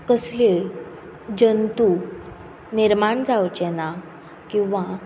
कसल्योय जंतू निर्माण जावचे ना किंवां